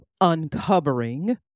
uncovering